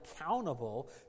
accountable